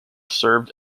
served